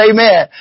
Amen